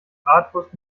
bratwurst